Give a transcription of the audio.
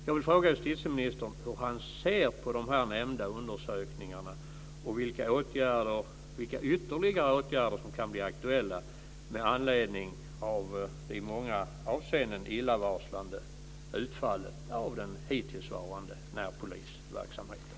Jag vill fråga justitieministern hur han ser på de här nämnda undersökningarna och vilka ytterligare åtgärder som kan bli aktuella med anledning av det i många avseenden illavarslande utfallet av den hittillsvarande närpolisverksamheten.